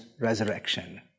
resurrection